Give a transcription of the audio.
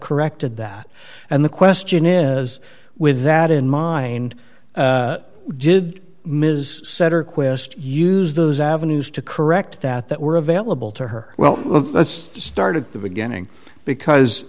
corrected that and the question is with that in mind did ms setter quest use those avenues to correct that that were available to her well let's start at the beginning because